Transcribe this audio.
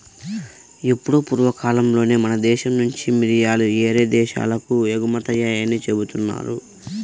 ఎప్పుడో పూర్వకాలంలోనే మన దేశం నుంచి మిరియాలు యేరే దేశాలకు ఎగుమతయ్యాయని జెబుతున్నారు